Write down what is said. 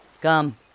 come